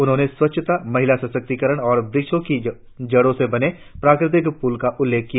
उन्होंने स्वच्छता महिला सशक्तिकरण और वृक्षों की जड़ों से बने प्राकृतिक पुल का उल्लेख किया